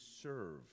serve